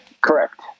correct